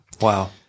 Wow